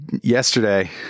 yesterday